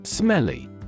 Smelly